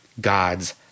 God's